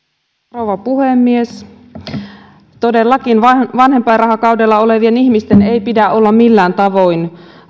rouva puhemies todellakaan vanhempainrahakaudella olevien ihmisten ei pidä olla millään tavoin